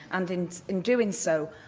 and and in doing so,